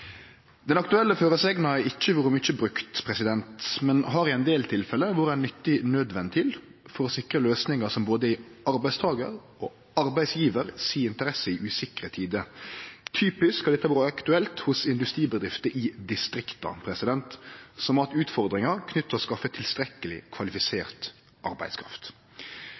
Den aktuelle føresegna har ikkje vore mykje brukt, men har i ein del tilfelle vore ein nyttig nødventil for å sikre løysingar som er i både arbeidstakars og arbeidsgjevars interesse i usikre tider. Typisk har dette vore aktuelt hos industribedrifter i distrikta som har hatt utfordringar knytte til det å skaffe tilstrekkeleg kvalifisert arbeidskraft.